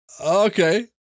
Okay